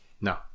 No